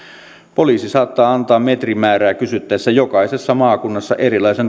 poliisi saattaa antaa metrimäärää kysyttäessä jokaisessa maakunnassa erilaisen